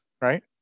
Right